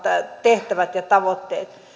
tehtävät ja tavoitteet